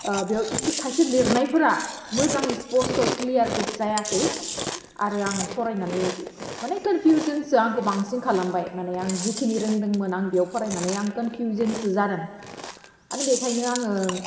बेयाव एसे खायसे लिरनायफोरा मोजाङै स्पस्त' क्लियारबो जायाखै आरो आं फरायनानै माने कोनफ्युजनसो आंखौ बांसिन खालामबाय माने आं जिखिनि रोंदोंमोन आं बेयाव फरायनानै आं कनफिउजनसो जादों आरो बेखायनो आङो